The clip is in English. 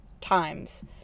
times